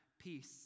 peace